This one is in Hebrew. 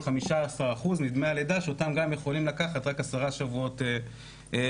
15% מדמי הלידה שאותם גם יכולים לקחת רק עשרה שבועות לפני.